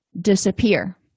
disappear